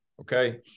okay